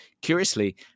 curiously